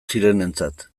zirenentzat